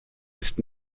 ist